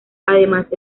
además